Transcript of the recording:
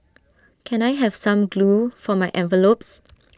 can I have some glue for my envelopes